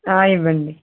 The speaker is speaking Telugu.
ఇవ్వండి